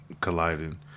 colliding